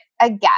again